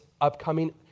upcoming